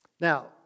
Now